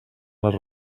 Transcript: les